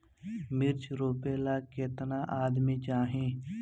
मिर्च रोपेला केतना आदमी चाही?